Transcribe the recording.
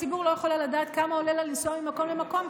הציבור לא יכולה לדעת כמה עולה לה לנסוע ממקום למקום,